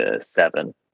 seven